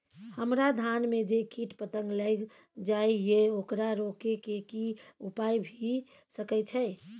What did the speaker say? हमरा धान में जे कीट पतंग लैग जाय ये ओकरा रोके के कि उपाय भी सके छै?